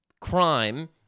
crime